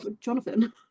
Jonathan